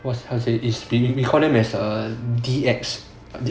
okay we call them as a D_X their civilian are the the D_X ya